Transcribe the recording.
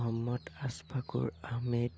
Mohammad Ashfakur Ahmed